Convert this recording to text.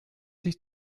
sich